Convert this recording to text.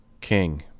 King